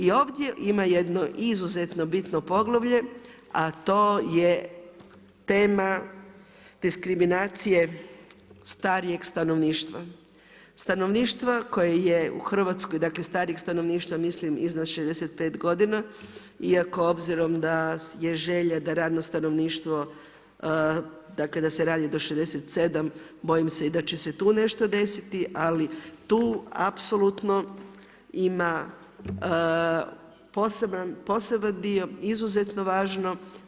I ovdje ima jedno izuzetno bitno poglavlje a to je tema diskriminacije starijeg stanovništva, stanovništva koje je u Hrvatskoj, dakle starijeg stanovništva mislim iznad 65 godina iako obzirom da je želja da radno stanovništvo, dakle da se radi do 67, bojim se i da će se tu nešto desiti ali tu apsolutno ima poseban dio izuzetno važno.